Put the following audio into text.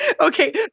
okay